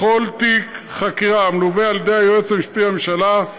בכל תיק חקירה המלווה על ידי היועץ המשפטי לממשלה,